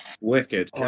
Wicked